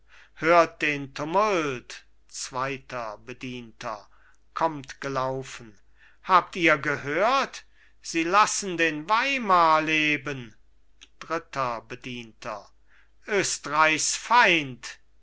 hört den tumult zweiter bedienter kommt gelaufen habt ihr gehört sie lassen den weimar leben dritter bedienter östreichs feind